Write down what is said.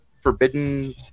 forbidden